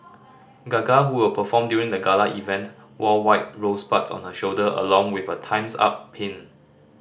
gaga who will perform during the gala event wore white rosebuds on her shoulder along with a Time's Up pin